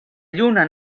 lluna